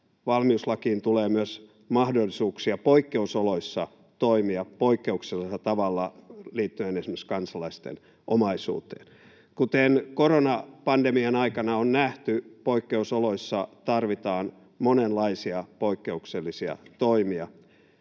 valmiuslakiin tulee myös mahdollisuuksia poikkeusoloissa toimia poikkeuksellisella tavalla liittyen esimerkiksi kansalaisten omaisuuteen. Kuten koronapandemian aikana on nähty, poikkeusoloissa tarvitaan monenlaisia poikkeuksellisia toimia.